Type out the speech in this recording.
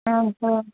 ଓ ହୋ